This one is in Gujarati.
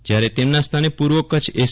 જયારે તેમના સ્થાને પૂર્વ કચ્છ એસ